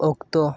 ᱚᱠᱛᱚ